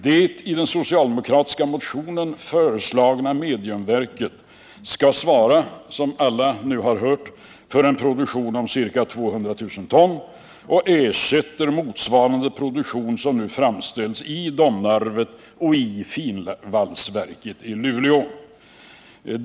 Det i den socialdemokratiska motionen föreslagna mediumverket skall — som alla nu hört — svara för en produktion om ca 200 000 ton, och det ersätter motsvarande produktion som nu framställs i Domnarvet och finvalsverket i Luleå.